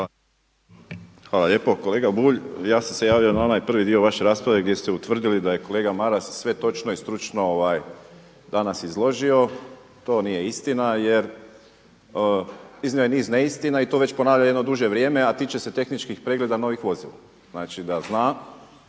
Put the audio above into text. Hvala lijepo. Kolega Bulj, ja sam se javio na onaj prvi dio vaše rasprave gdje ste utvrdili da je kolega Maras sve točno i stručno danas izložio. To nije istina, jer iznio je niz neistina i to već ponavlja jedno duže vrijeme, a tiče se tehničkih pregleda novih vozila.